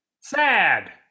sad